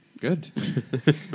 good